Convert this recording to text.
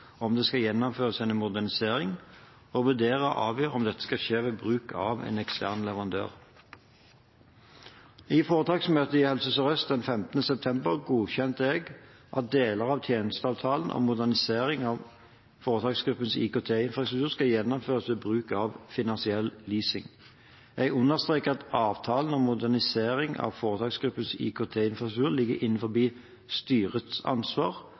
om det skal gjennomføres en modernisering, og vurdere og avgjøre om dette skal skje ved bruk av en ekstern leverandør. I foretaksmøtet i Helse Sør-Øst den 15. september godkjente jeg at deler av tjenesteavtalen om modernisering av foretaksgruppens IKT-infrastruktur kan gjennomføres ved bruk av finansiell leasing. Jeg understreket at avtalen om modernisering av foretaksgruppens IKT-infrastruktur ligger innenfor styrets ansvar